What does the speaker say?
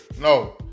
No